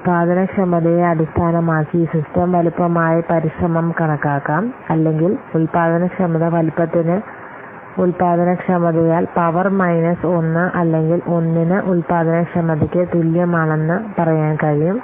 ഉൽപാദനക്ഷമതയെ അടിസ്ഥാനമാക്കി സിസ്റ്റം വലുപ്പമായി പരിശ്രമം കണക്കാക്കാം അല്ലെങ്കിൽ ഉൽപാദനക്ഷമത വലുപ്പത്തിന് ഉൽപാദനക്ഷമതയാൽ പവർ മൈനസ് 1 അല്ലെങ്കിൽ 1 ന് ഉൽപാദനക്ഷമതയ്ക്ക് തുല്യമാണെന്ന് നിങ്ങൾക്ക് പറയാൻ കഴിയും